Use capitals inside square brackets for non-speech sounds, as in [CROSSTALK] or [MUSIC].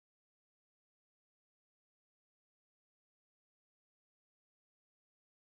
[UNINTELLIGIBLE]